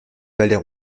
palais